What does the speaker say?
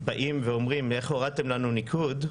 באים ואומרים, איך הורדתם לנו ניקוד,